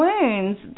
wounds